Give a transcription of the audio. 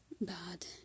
bad